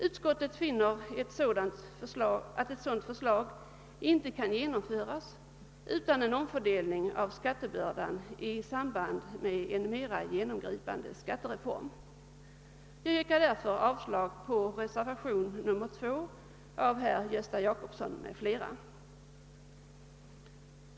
Utskottet finner att ett sådant förslag inte kan genomföras utan en omfördelning av skattebördan i samband med en mera genomgripande skattereform. Jag yrkar därför avslag på reservationen 2 av herr Gösta Jacobsson m fl.